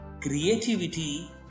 creativity